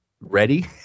ready